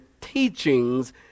teachings